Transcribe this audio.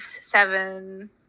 seven